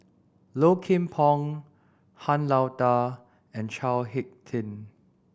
Low Kim Pong Han Lao Da and Chao Hick Tin